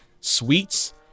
Sweets